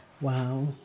Wow